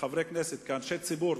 כחברי כנסת וכאנשי ציבור,